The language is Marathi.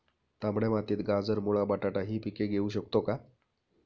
तांबड्या मातीत गाजर, मुळा, बटाटा हि पिके घेऊ शकतो का?